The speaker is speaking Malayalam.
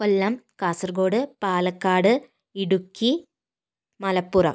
കൊല്ലം കാസർകോട് പാലക്കാട് ഇടുക്കി മലപ്പുറം